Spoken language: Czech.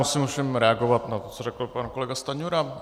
Musím ovšem reagovat na to, co řekl pan kolega Stanjura.